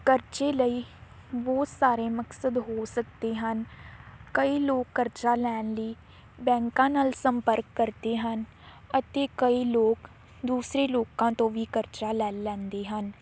ਕਰਜ਼ੇ ਲਈ ਬਹੁਤ ਸਾਰੇ ਮਕਸਦ ਹੋ ਸਕਦੇ ਹਨ ਕਈ ਲੋਕ ਕਰਜ਼ਾ ਲੈਣ ਲਈ ਬੈਂਕਾਂ ਨਾਲ ਸੰਪਰਕ ਕਰਦੇ ਹਨ ਅਤੇ ਕਈ ਲੋਕ ਦੂਸਰੇ ਲੋਕਾਂ ਤੋਂ ਵੀ ਕਰਜ਼ਾ ਲੈ ਲੈਂਦੇ ਹਨ